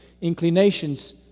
inclinations